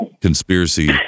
conspiracy